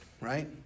right